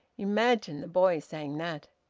imagine the boy saying that!